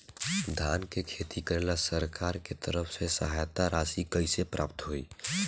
धान के खेती करेला सरकार के तरफ से सहायता राशि कइसे प्राप्त होइ?